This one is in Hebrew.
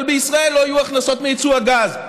אבל בישראל לא יהיו הכנסות מיצוא הגז.